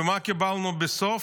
ומה קיבלנו בסוף?